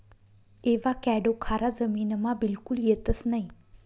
avocado खारा जमीनमा बिलकुल येतंस नयी